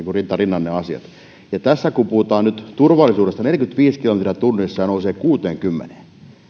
rinta rinnan sitten enää loppua kohden kun tässä puhutaan nyt turvallisuudesta niin kun neljäkymmentäviisi kilometriä tunnissa nousee kuuteenkymmeneen niin